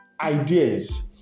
ideas